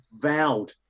vowed